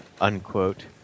unquote